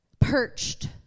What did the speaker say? perched